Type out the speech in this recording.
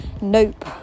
nope